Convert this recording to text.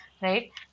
right